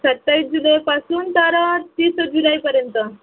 सत्तावीस जुलैपासून तर तीस जुलैपर्यंत